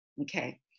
okay